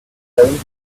seventh